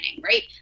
right